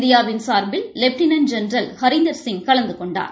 இந்தியாவின் சார்பில் lieutenant general Harinder Singh கலந்து கொண்டார்